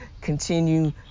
continue